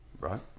right